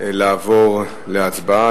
לעבור להצבעה.